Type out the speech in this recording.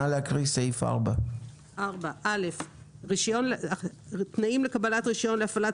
נא להקריא סעיף 4. "תנאים לקבלת רישיון להפעלת